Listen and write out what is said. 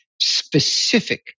specific